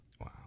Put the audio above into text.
Wow